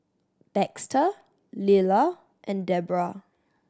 Baxter Lilla and Debbra